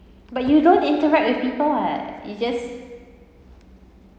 but you don't interact with people [what] you just